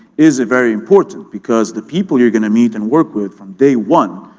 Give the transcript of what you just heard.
is very important because the people you're gonna meet and work with from day one,